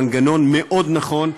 במנגנון מאוד נכון,